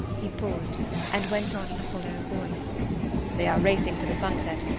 he paused and went on in a hollow voice they are racing for the sunset.